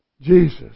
Jesus